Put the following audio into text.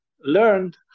learned